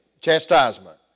chastisement